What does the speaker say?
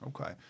Okay